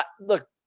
look